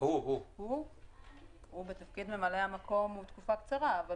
הוא בתפקיד ממלא-המקום תקופה קצרה, אבל